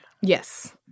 Yes